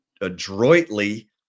adroitly